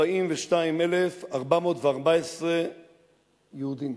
342,414 יהודים.